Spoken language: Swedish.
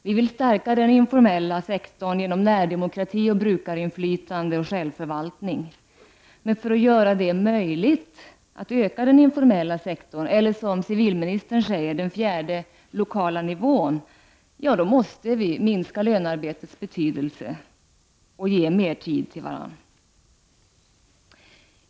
Vi vill stärka den informella sektorn genom närdemokrati, brukarinflytande och självförvaltning. Men för att göra det möjligt att öka den informella sektorn, eller som civilministern säger den ”fjärde lokala nivån”, måste vi minska lönearbetets betydelse och ge mer tid till varandra.